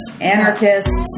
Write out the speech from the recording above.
anarchists